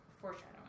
Foreshadowing